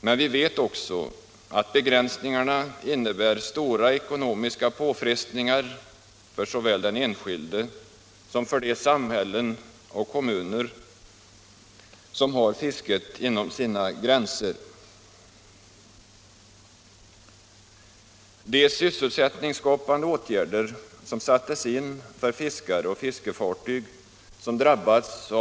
Men vi vet samtidigt att begränsningarna innebär stora ekonomiska påfrestningar såväl för den enskilde som för de samhällen och kommuner som har fisket inom sina gränser.